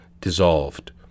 dissolved